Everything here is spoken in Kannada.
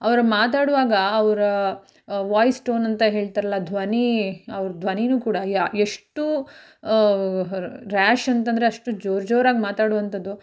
ಅವರು ಮಾತಾಡುವಾಗ ಅವರ ವಾಯ್ಸ್ ಟೋನ್ ಅಂತ ಹೇಳ್ತಾರಲ್ಲ ಧ್ವನಿ ಅವರು ಧ್ವನಿಯೂ ಕೂಡ ಯ ಎಷ್ಟು ರ್ಯಾಶ್ ಅಂತ ಅಂದ್ರೆ ಅಷ್ಟು ಜೋರು ಜೋರಾಗಿ ಮಾತಾಡುವಂಥದ್ದು